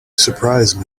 surprise